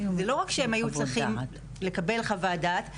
זה לא רק שהם צריכים לקבל חוות דעת,